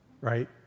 Right